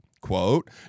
Quote